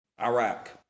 Iraq